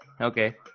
okay